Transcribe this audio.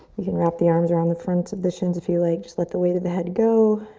you can wrap the arms around the front of the shins if you like. just let the weight of the head go.